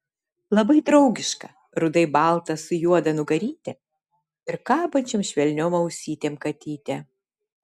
labai draugiška rudai balta su juoda nugaryte ir kabančiom švelniom ausytėm katytė